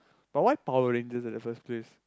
but why Power-Rangers at the first place